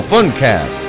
Funcast